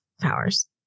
powers